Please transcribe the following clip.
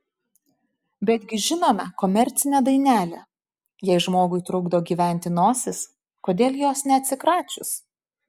betgi žinome komercinę dainelę jei žmogui trukdo gyventi nosis kodėl jos neatsikračius